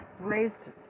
raised